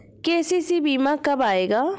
KCC बीमा कब आएगा?